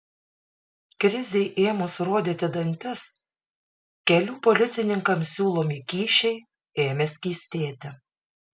krizei ėmus rodyti dantis kelių policininkams siūlomi kyšiai ėmė skystėti